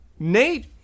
Nate